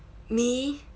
me